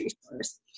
stores